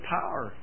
power